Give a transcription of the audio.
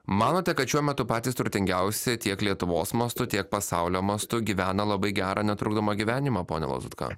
manote kad šiuo metu patys turtingiausi tiek lietuvos mastu tiek pasaulio mastu gyvena labai gerą netrukdomą gyvenimą pone lazutka